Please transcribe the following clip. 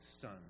Son